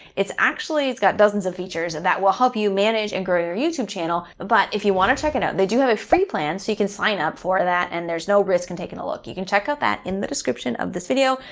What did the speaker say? it's actually, it's got dozens of features that will help you manage and grow your youtube channel, but if you want to check it out. they do have a free plan, so you can sign up for that and there's no risk in taking a look. you can check out that in the description of this video.